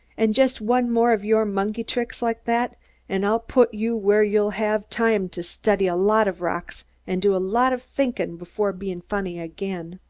and just one more of your monkey tricks like that and i'll put you where you'll have time to study a lot of rocks and do a lot of thinkin' before bein' funny again.